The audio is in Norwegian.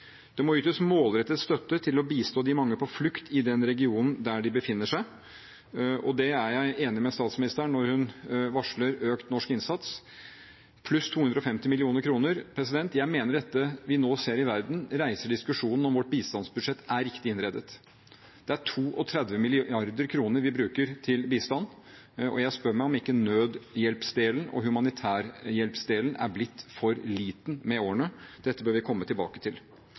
Det må ytes målrettet støtte til å bistå de mange på flukt i den regionen der de befinner seg, og der er jeg enig med statsministeren når hun varsler økt norsk innsats, pluss 250 mill. kr. Jeg mener dette vi nå ser i verden, reiser diskusjonen om vårt bistandsbudsjett er riktig innrettet. Det er 32 mrd. kr vi bruker til bistand, og jeg spør meg om ikke nødhjelpsdelen og humanitærhjelpsdelen er blitt for liten med årene. Dette bør vi komme tilbake til.